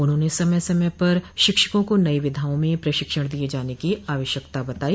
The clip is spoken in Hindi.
उन्होंने समय समय पर शिक्षकों को नई विधाओं में प्रशिक्षण दिये जाने की आवश्यकता जताई